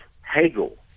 Hegel